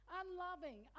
unloving